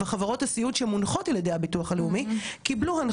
קיבלו הנחייה לתת לכל מי שעובד עם